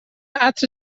عطر